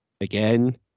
again